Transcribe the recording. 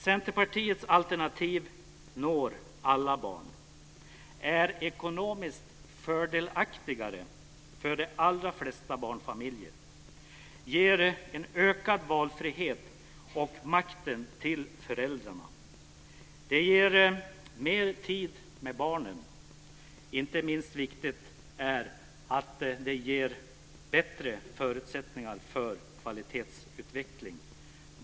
Centerpartiets alternativ når alla barn, är ekonomiskt fördelaktigare för de allra flesta barnfamiljer, ger en ökad valfrihet och makten till föräldrarna. Det ger mer tid med barnen. Inte minst viktigt är att det ger bättre förutsättningar för kvalitetsutveckling.